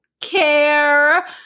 care